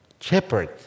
shepherd